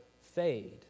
fade